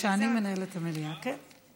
כשאני מנהלת המליאה, כן.